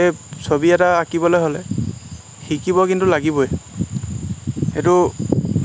এই ছবি এটা আঁকিবলৈ হ'লে শিকিব কিন্তু লাগিবই সেইটো